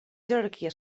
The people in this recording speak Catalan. jerarquia